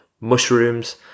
mushrooms